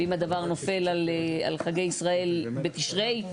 ואם הדבר נופל על חגי ישראל בתשרי,